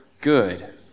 good